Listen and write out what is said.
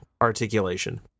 articulation